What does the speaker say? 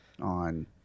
on